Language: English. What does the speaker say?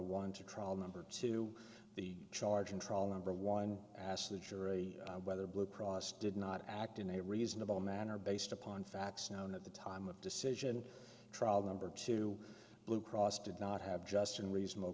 one to trial number two the charge on trial number one asked the jury whether blue cross did not act in a reasonable manner based upon facts known at the time of decision trial number two blue cross did not have just and reasonable